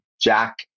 Jack